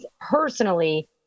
personally